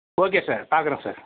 okay sir பார்க்கறேன் sir